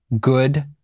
good